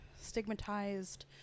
stigmatized